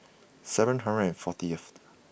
seven hundred fortyth